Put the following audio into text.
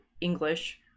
English